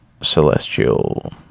Celestial